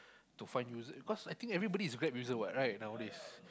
to find user cause I think everybody is grab user what right nowadays